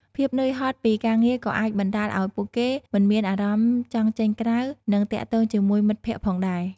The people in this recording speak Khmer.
ភាពនឿយហត់ពីការងារក៏អាចបណ្ដាលឱ្យពួកគេមិនមានអារម្មណ៍ចង់ចេញក្រៅ នឹងទាក់ទងជាមួយមិត្តភក្តិផងដែរ ។